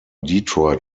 detroit